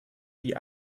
wie